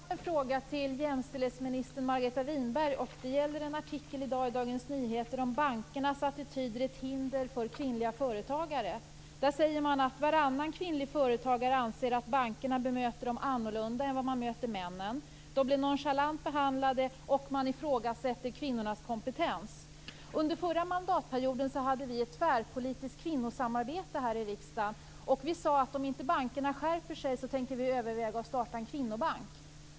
Fru talman! Jag har en fråga till jämställdhetsminister Margareta Winberg. Det gäller en artikel i Dagens Nyheter i dag om att bankernas attityder är ett hinder för kvinnliga företagare. Där säger man att varannan kvinnlig företagare anser att bankerna bemöter dem annorlunda än hur de bemöter männen. De blir nonchalant behandlade, och man ifrågasätter kvinnornas kompetens. Under förra mandatperioden hade vi ett tvärpolitiskt kvinnosamarbete här i riksdagen. Vi sade att om inte bankerna skärper sig tänker vi överväga att starta en kvinnobank.